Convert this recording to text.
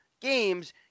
games